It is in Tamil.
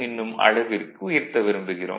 என்னும் அளவிற்கு உயர்த்த விரும்புகிறோம்